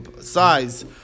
size